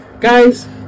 Guys